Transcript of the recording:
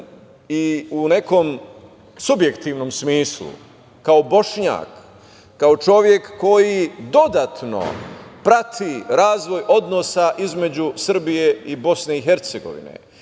i u nekom subjektivnom smislu kao bošnjak, kao čovek koji dodatno prati razvoj odnosa između Srbije i BiH, kao čovek